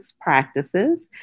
practices